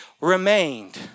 remained